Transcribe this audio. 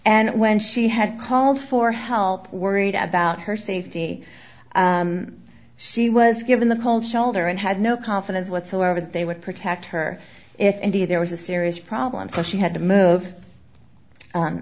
and when she had called for help worried about her safety she was given the cold shoulder and had no confidence whatsoever that they would protect her if indeed there was a serious problem so she had to move